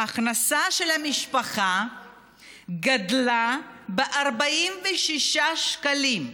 ההכנסה של המשפחה גדלה ב-46 שקלים.